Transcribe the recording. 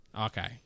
okay